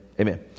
amen